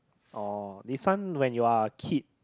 oh this one when you are kid